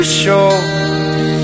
shores